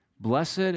Blessed